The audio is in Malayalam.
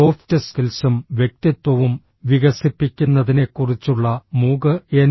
സോഫ്റ്റ് സ്കിൽസും വ്യക്തിത്വവും വികസിപ്പിക്കുന്നതിനെക്കുറിച്ചുള്ള മൂക് എൻ